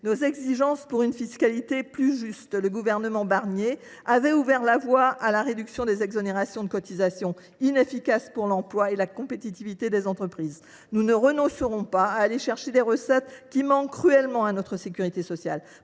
nos exigences pour une fiscalité plus juste. Le gouvernement Barnier avait ouvert la voie à une réduction des exonérations de cotisations inefficaces pour l’emploi et la compétitivité des entreprises. Nous ne renoncerons pas à aller chercher des recettes qui manquent cruellement à notre sécurité sociale.